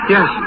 Yes